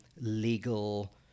legal